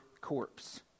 corpse